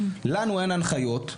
לנו אין הנחיות,